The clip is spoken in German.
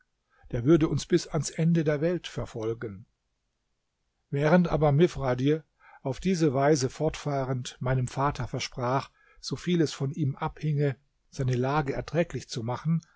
der würde uns bis ans ende der welt verfolgen während aber mifradj auf diese weise fortfahrend meinem vater versprach so viel es von ihm abhinge seine lage erträglich zu machen